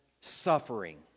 suffering